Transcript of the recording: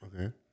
Okay